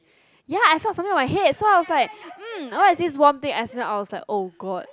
ya I felt something on my head so I was like um what is this warm thing I smelt I was like oh god